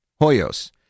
Hoyos